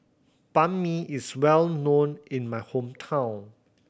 Banh Mi is well known in my hometown